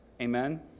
Amen